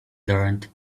learned